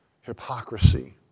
hypocrisy